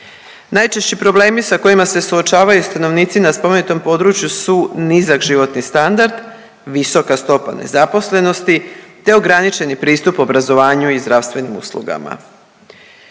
Najčešći problemi sa kojima se suočavaju stanovnici na spomenutom području su nizak životni standard, visoka stopa nezaposlenosti te ograničeni pristup obrazovanju i zdravstvenim uslugama.